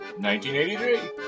1983